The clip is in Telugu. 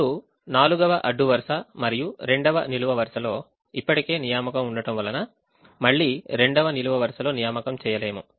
ఇప్పుడు నాలుగవ అడ్డు వరుస మరియు రెండవ నిలువు వరుసలో ఇప్పటికే నియామకం ఉండటం వలన మళ్ళీ రెండవ నిలువు వరుసలో నియామకం చేయలేము